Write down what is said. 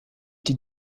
die